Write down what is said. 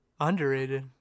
Underrated